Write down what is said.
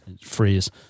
freeze